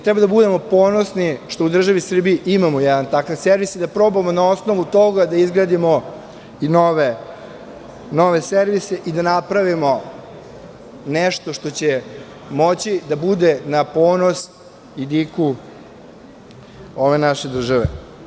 Treba da budemo ponosni što u državi Srbiji imamo jedan takav servis i da probamo na osnovu toga da izgradimo i nove servise i da napravimo nešto što će moći da bude na ponos i diku ove naše države.